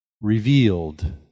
revealed